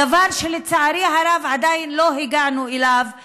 דבר שלצערי הרב עדיין לא הגענו אליו במדינה.